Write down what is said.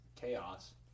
chaos